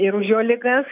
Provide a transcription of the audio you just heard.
ir už jo ligas